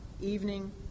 evening